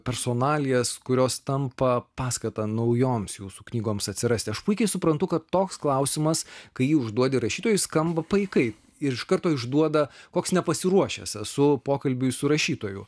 personalijas kurios tampa paskata naujoms jūsų knygoms atsirasti aš puikiai suprantu kad toks klausimas kai jį užduodi rašytojui skamba paikai ir iš karto išduoda koks nepasiruošęs esu pokalbiui su rašytoju